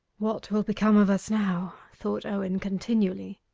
what will become of us now thought owen continually.